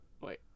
Wait